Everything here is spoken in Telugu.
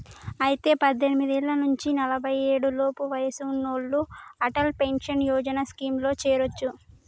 అయితే పద్దెనిమిది ఏళ్ల నుంచి నలఫై ఏడు లోపు వయసు ఉన్నోళ్లు అటల్ పెన్షన్ యోజన స్కీమ్ లో చేరొచ్చు